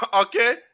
Okay